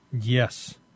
Yes